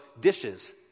dishes